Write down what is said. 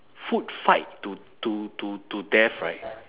food fight to to to to death right